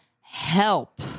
help